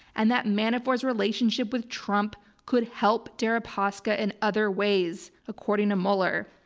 and that manafort's relationship with trump could help deripaska in other ways according to mueller.